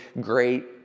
great